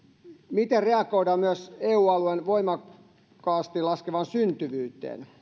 miten reagoida myös eu alueen voimakkaasti laskevaan syntyvyyteen